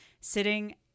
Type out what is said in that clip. sitting